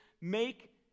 make